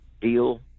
deal